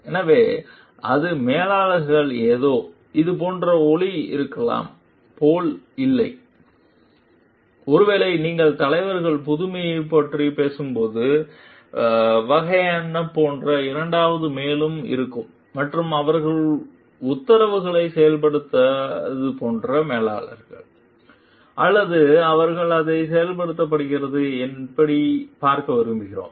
எனவே அது மேலாளர் ஏதோ இது போன்ற ஒலி இருக்கலாம் போல் இல்லை ஒருவேளை நீங்கள் தலைவர்கள் புதுமையை போன்ற பேசும் போது போன்ற வகையான போன்ற இரண்டாவது மேலும் இருக்கும் மற்றும் அவர்கள் உத்தரவுகளை செயல்படுத்த போன்ற மேலாளர்கள் அல்லது அவர்கள் அதை செயல்படுத்தப்படுகிறது எப்படி பார்க்க விரும்புகிறேன்